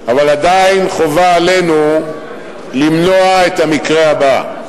אבל עדיין חובה עלינו למנוע את המקרה הבא.